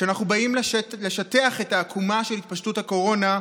כשאנחנו באים לשטח את העקומה של התפשטות הקורונה,